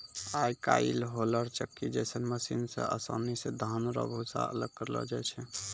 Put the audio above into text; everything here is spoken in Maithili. आय काइल होलर चक्की जैसन मशीन से आसानी से धान रो भूसा अलग करलो जाय छै